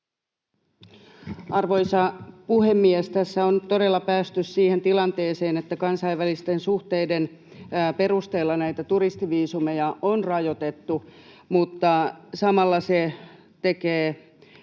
Arvoisa puhemies! Tässä on todella päästy siihen tilanteeseen, että kansainvälisten suhteiden perusteella näitä turistiviisumeja on rajoitettu, mutta samalla se tekee